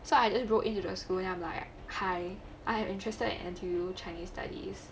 so I just broke into the school then I'm like hi I am interested in N_T_U chinese studies